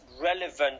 relevant